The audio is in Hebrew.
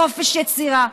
חופש יצירה,